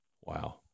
Wow